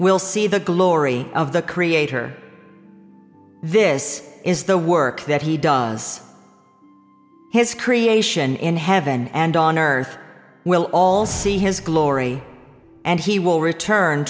will see the glory of the creator this is the work that he does his creation in heaven and on earth will all see his glory and he will return